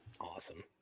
awesome